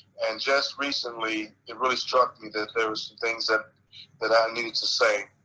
and just recently it really struck me that there are some things that but i need to say